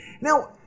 Now